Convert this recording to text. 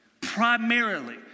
Primarily